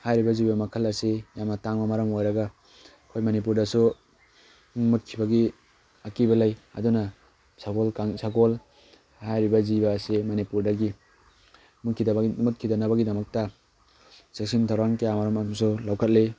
ꯍꯥꯏꯔꯤꯕ ꯖꯤꯕ ꯃꯈꯜ ꯑꯁꯤ ꯌꯥꯝꯅ ꯇꯥꯡꯕ ꯃꯔꯝ ꯑꯣꯏꯔꯒ ꯑꯩꯈꯣꯏ ꯃꯅꯤꯄꯨꯔꯗꯁꯨ ꯃꯨꯠꯈꯤꯕꯒꯤ ꯑꯀꯤꯕ ꯂꯩ ꯑꯗꯨꯅ ꯁꯒꯣꯜ ꯍꯥꯏꯔꯤꯕ ꯖꯤꯕ ꯑꯁꯤ ꯃꯅꯤꯄꯨꯔꯗꯒꯤ ꯃꯨꯠꯈꯤꯗꯅꯕꯒꯤꯗꯃꯛꯇ ꯆꯦꯛꯁꯤꯟ ꯊꯧꯔꯥꯡ ꯀꯌꯥ ꯃꯔꯨꯝ ꯑꯃꯁꯨ ꯂꯧꯈꯠꯂꯤ